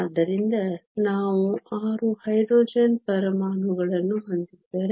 ಆದ್ದರಿಂದ ನಾವು 6 ಹೈಡ್ರೋಜನ್ ಪರಮಾಣುಗಳನ್ನು ಹೊಂದಿದ್ದರೆ